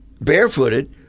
barefooted